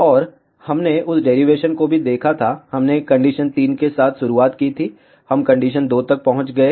और हमने उस डेरिवेशन को भी देखा था हमने कंडीशन 3 के साथ शुरुआत की थी हम कंडीशन 2 तक पहुँच गए